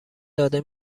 داده